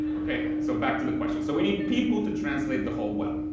ok? so back to the question, so we need people to translate the whole web.